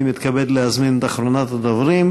אני מתכבד להזמין את אחרונת הדוברים,